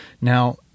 Now